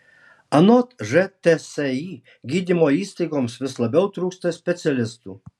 anot žtsi gydymo įstaigoms vis labiau trūksta specialistų